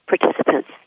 participants